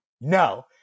No